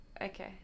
Okay